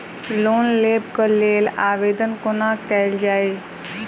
Loan लेबऽ कऽ लेल आवेदन कोना कैल जाइया?